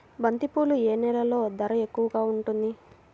బంతిపూలు ఏ నెలలో ధర ఎక్కువగా ఉంటుంది?